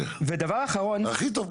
דבר אחרון --- הכי טוב,